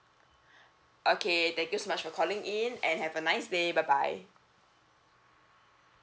okay thank you so much for calling in and have a nice day bye bye